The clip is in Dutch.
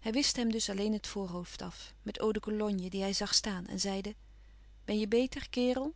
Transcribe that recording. hij wischte hem dus alleen het voorhoofd af met eau-de-cologne die hij zag staan en zeide ben je beter kerel